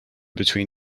between